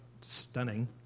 stunning